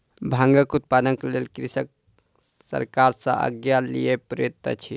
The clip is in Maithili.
भांगक उत्पादनक लेल कृषक सरकार सॅ आज्ञा लिअ पड़ैत अछि